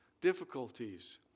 difficulties